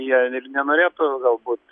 jie ir nenorėtų galbūt